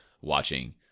watching